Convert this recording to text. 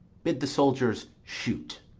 bid the soldiers shoot.